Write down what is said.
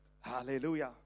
hallelujah